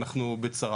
אנחנו בצרה.